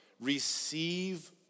Receive